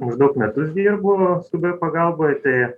maždaug metus dirbu skubioj pagalboj tai